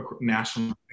national